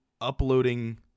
uploading